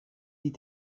die